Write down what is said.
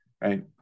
right